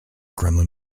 kremlin